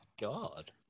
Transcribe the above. god